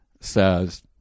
says